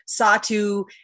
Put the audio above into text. Satu